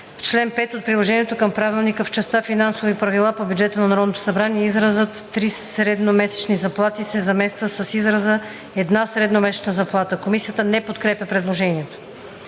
„В чл. 5 от Приложението към правилника в частта Финансови правила по бюджета на Народното събрание изразът „три средномесечни заплати“ се замества от израза ,,една средномесечна заплата“.“ Комисията не подкрепя предложението.